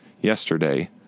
Yesterday